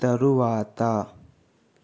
తరువాత